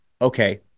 okay